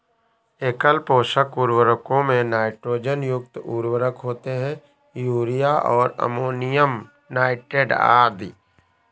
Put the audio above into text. एकल पोषक उर्वरकों में नाइट्रोजन युक्त उर्वरक होते है, यूरिया और अमोनियम नाइट्रेट आदि